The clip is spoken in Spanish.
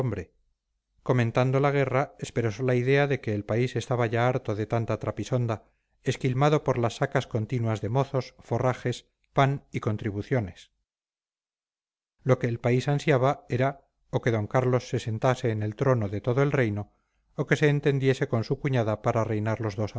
comentando la guerra expresó la idea de que el país estaba ya harto de tanta trapisonda esquilmado por las sacas continuas de mozos forrajes pan y contribuciones lo que el país ansiaba era o que d carlos se sentase en el trono de todo el reino o que se entendiese con su cuñada para reinar los dos